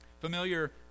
Familiar